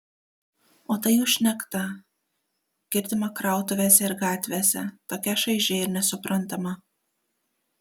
o ta jų šnekta girdima krautuvėse ir gatvėse tokia šaiži ir nesuprantama